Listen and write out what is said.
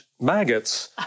maggots